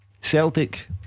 Celtic